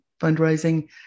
fundraising